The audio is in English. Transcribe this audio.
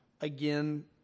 again